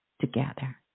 together